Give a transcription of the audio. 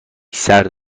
سرد